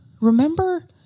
remember